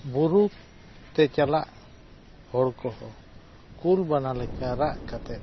ᱵᱩᱨᱩᱛᱮ ᱪᱟᱞᱟᱜ ᱦᱚᱲ ᱠᱚᱦᱚᱸ ᱠᱩᱞ ᱵᱟᱱᱟ ᱞᱮᱠᱟ ᱨᱟᱜ ᱠᱟᱛᱮᱫ